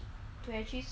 to actually